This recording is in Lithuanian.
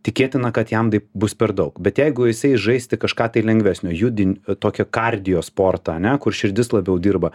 tikėtina kad jam tai bus per daug bet jeigu jisai žaisti kažką tai lengvesnio judin tokį kardiosportą ane kur širdis labiau dirba